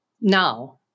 now